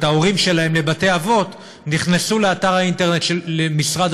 ההורים שלהם לבתי-אבות נכנסו לאתר האינטרנט של משרד